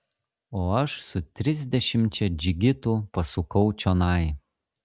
o aš su trisdešimčia džigitų pasukau čionai